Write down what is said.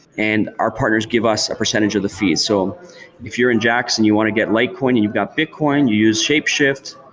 and our partners give us a percentage of the fee so if you're in jaxx and you want to get litecoin and you've got bitcoin, you use shapeshift.